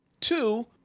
Two